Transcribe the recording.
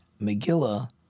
Megillah